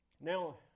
Now